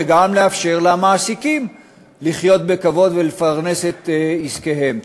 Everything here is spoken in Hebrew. וגם לאפשר למעסיקים לחיות בכבוד ולפרנס את עסקיהם.